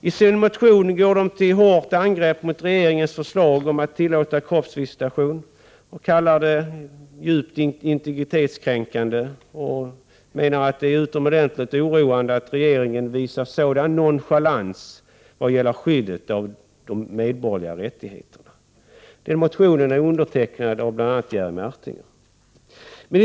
I sin motion går moderaterna till hårt angrepp mot regeringens förslag om att tillåta kroppsvisitation, kallar det djupt integritetskränkande och menar att det är utomordentligt oroande att regeringen visar sådan nonchalans vad gäller skyddet av de medborgerliga rättigheterna. Motionen är undertecknad av bl.a. Jerry Martinger.